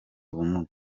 ubumuga